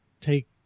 take